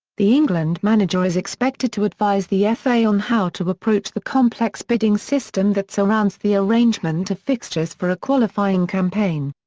the england manager is expected to advise the fa on how to approach the complex bidding system that surrounds the arrangement of fixtures for a qualifying campaign.